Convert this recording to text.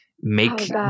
make